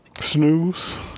snooze